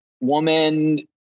woman